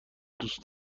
دوست